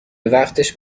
وقتش